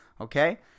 okay